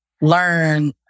learn